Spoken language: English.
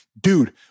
dude